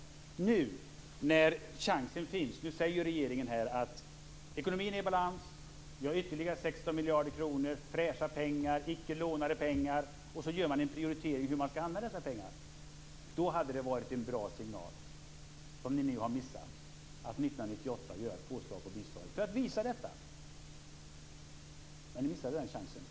Om regeringen nu när chansen finns hade sagt att ekonomin är i balans, att vi har ytterligare 16 miljarder kronor - fräscha, icke lånade pengar - och sedan gjort en prioritering av hur dessa pengar skall användas, då hade det varit en bra signal. Ni har nu missat chansen att för 1998 göra ett påslag när det gäller biståndet.